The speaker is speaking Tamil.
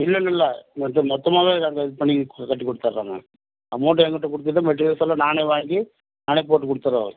இல்லைன்னு இல்லை மொத்தமாகவே இது பண்ணி கட்டி கொடுத்தடுறோங்க அமௌன்ட்டு எங்ககிட்ட கொடுத்துட்டு மெட்டீரியல்ஸ் எல்லாம் நானே வாங்கி நானே போட்டு கொடுத்துடுறேன்